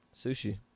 Sushi